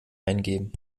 eingeben